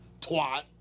Twat